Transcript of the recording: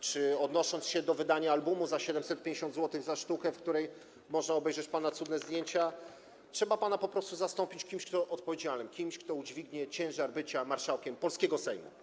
czy odnosząc się do wydania albumu w cenie 750 zł za sztukę, w którym można obejrzeć pana cudne zdjęcia, sądzę, że trzeba pana po prostu zastąpić kimś odpowiedzialnym, kimś, kto udźwignie ciężar bycia marszałkiem polskiego Sejmu.